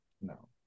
No